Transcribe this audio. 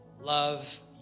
love